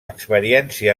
experiència